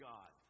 God